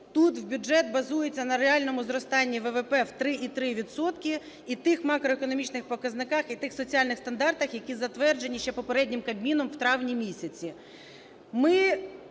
тут бюджет базується на реальному зростанні ВВП в 3,3 відсотки і тих макроекономічних показниках, і тих соціальних стандартах, які затверджені ще попереднім Кабміном в травні місяці.